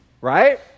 Right